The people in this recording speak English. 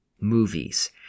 movies